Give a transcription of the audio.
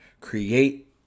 Create